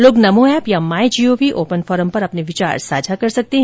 लोग नमो एप या my GOV open forum पर अपने विचार साझा कर सकते हैं